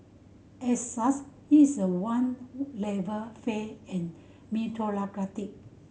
as such is a one level fair and meritocratic